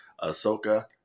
Ahsoka